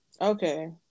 Okay